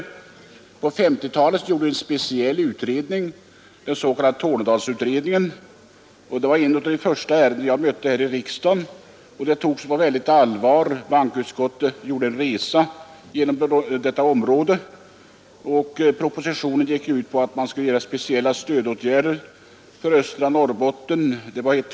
På 1950-talet gjordes en speciell utredning, den s.k. Tornedalsutredningen. Det var ett av de första ärenden jag mötte här i riksdagen, och det togs på stort allvar. Bankoutskottet gjorde en resa genom detta område. Propositionen gick ut på att man skulle vidta speciella stödåtgärder för östra Norrbotten.